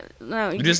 No